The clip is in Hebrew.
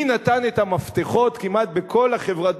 מי נתן את המפתחות כמעט בכל החברות.